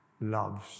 loves